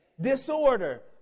disorder